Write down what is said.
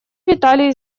виталий